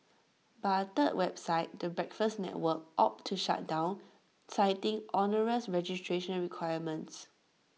but A third website the breakfast network opted to shut down citing onerous registration requirements